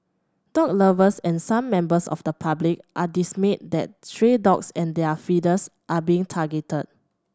dog lovers and some members of the public are dismayed that stray dogs and their feeders are being targeted